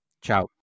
Ciao